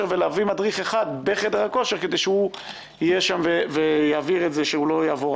ולהביא מדריך אחד לשם כדי להעביר את השיעור.